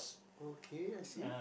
okay I see